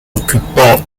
occupants